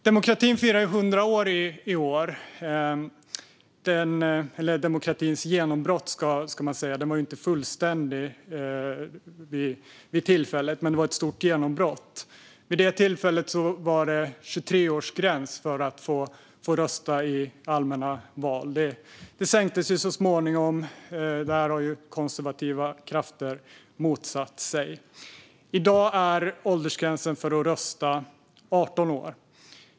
Demokratin firar ju 100 år i år - eller demokratins genombrott, ska man säga, för den var inte fullständig vid tillfället men fick då ett stort genombrott. Vid det tillfället var det 23-årsgräns för att få rösta i allmänna val. Den sänktes så småningom. Där har konservativa krafter motsatt sig. I dag är åldersgränsen för att rösta 18 år.